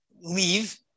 leave